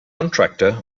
contractor